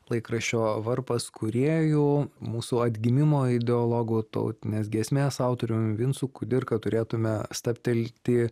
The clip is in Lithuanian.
laikraščio varpas kūrėju mūsų atgimimo ideologu tautinės giesmės autorium vincu kudirka turėtume stabtelti